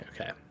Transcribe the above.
okay